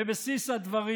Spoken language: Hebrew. בבסיס הדברים